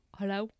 hello